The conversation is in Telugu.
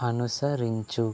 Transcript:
అనుసరించు